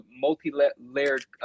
multi-layered